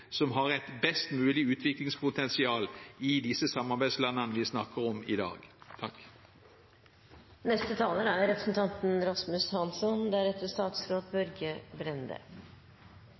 som har et best mulig utviklingspotensial i disse samarbeidslandene som vi snakker om i dag.